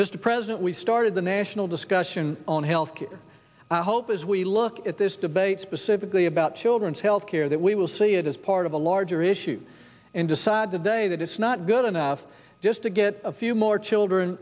mr president we started the national discussion on health care as we look at this debate specifically about children's health care that we will see it as part of a larger issue and decide today that it's not good enough just to get a few more children